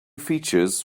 features